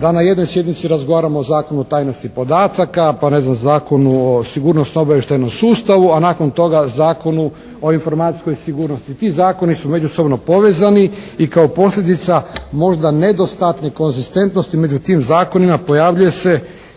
da na jednoj sjednici razgovaramo o Zakonu o tajnosti podataka, pa ne znam Zakonu o sigurnosno-obavještajnom sustavu a nakon toga Zakonu o informacijskoj sigurnosti. Ti zakoni su međusobno povezani i kao posljedica možda nedostatne konzistentnosti među tim zakonima pojavljuje se